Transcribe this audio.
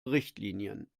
richtlinien